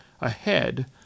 ahead